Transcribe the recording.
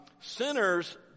Sinners